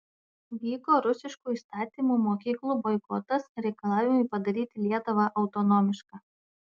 vyko rusiškų įstatymų mokyklų boikotas reikalavimai padaryti lietuvą autonomišką